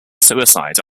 suicide